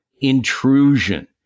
intrusion